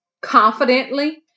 confidently